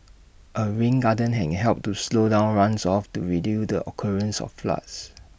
A rain garden can help to slow down runoffs to reduce the occurrence of floods